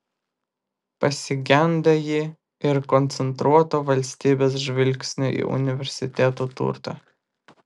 pasigenda ji ir koncentruoto valstybės žvilgsnio į universitetų turtą